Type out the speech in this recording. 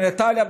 בנתניה,